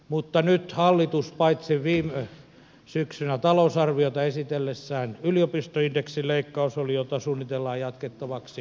mutta hallitus nyt sekä viime syksynä talousarviota esitellessään suunnitteli yliopistoindeksin leikkausta jatkettavaksi